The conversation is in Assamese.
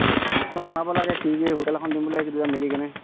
লিষ্টখন বনাব লাগে কি কি হোটেল এখন দিম বুলি ভাবিছিলো দুইটাই মিলি কেনে